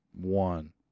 one